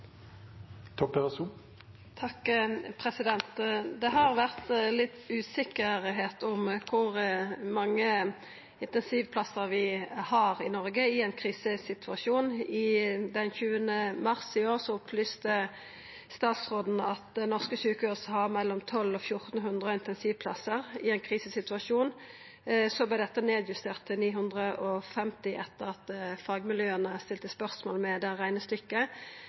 Det har vore litt usikkerheit om kor mange intensivplassar vi har i Noreg i ein krisesituasjon. Den 20. mars i år opplyste statsråden at norske sjukehus har 1 200–1 400 intensivplassar i ein krisesituasjon. Så vart det justert ned til 950 etter at fagmiljøa stilte spørsmål ved det